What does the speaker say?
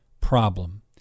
problem